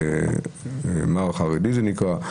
מער חרדי זה נקרא,